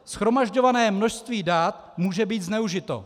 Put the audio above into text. Shromažďované množství dat může být zneužito.